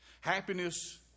Happiness